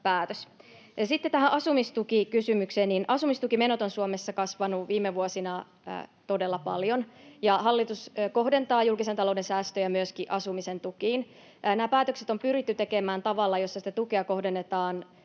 päätös. Sitten tähän asumistukikysymykseen: Asumistukimenot ovat Suomessa kasvaneet viime vuosina todella paljon, ja hallitus kohdentaa julkisen talouden säästöjä myöskin asumisen tukiin. Nämä päätökset on pyritty tekemään tavalla, jossa sitä tukea kohdennetaan